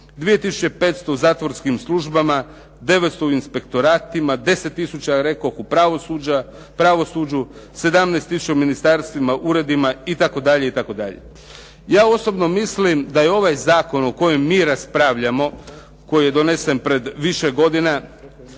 500 u zatvorskim službama, 900 u inspektoratima, 10 tisuća rekoh u pravosuđu, 17 u ministarstvima, uredima itd. Ja osobno mislim da je ovaj zakon o kojem mi raspravljamo, koji je donesen pred više godina,